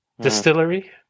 distillery